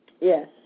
yes